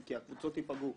כי הקבוצות ייפגעו,